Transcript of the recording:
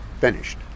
finished